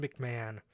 McMahon